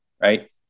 Right